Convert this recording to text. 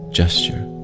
gesture